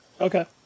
Okay